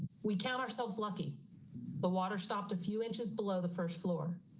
we count ourselves lucky the water stopped a few inches below the first floor.